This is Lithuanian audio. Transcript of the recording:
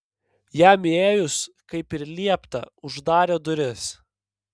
jam įėjus kaip ir liepta uždarė duris